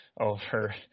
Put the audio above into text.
over